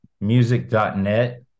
music.net